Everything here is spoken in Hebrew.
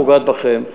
פוגעת בכם.